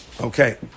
Okay